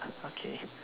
okay